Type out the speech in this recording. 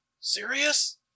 Serious